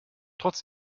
trotz